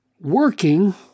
working